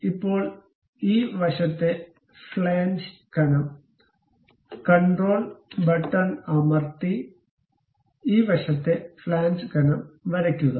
ഇപ്പോൾ ഈ വശത്തെ ഫ്ലേഞ്ച് കനം കൺട്രോൾ ബട്ടൺ അമർത്തി ഈ വശത്തെ ഫ്ലേഞ്ച് കനം വരക്കുക